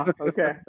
okay